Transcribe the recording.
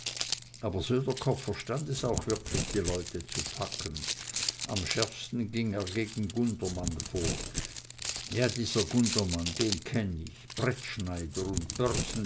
aber söderkopp verstand es auch wirklich die leute zu packen am schärfsten ging er gegen gundermann vor ja dieser gundermann den kenn ich brettschneider